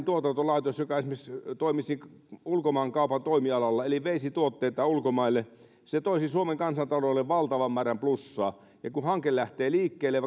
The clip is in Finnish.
tuotantolaitos joka esimerkiksi toimisi ulkomaankaupan toimialalla eli veisi tuotteitaan ulkomaille tuo suomen kansantaloudelle valtavan määrän plussaa ja kun hanke lähtee liikkeelle